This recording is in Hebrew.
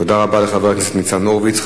תודה רבה לחבר הכנסת ניצן הורוביץ.